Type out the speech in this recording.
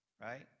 right